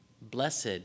blessed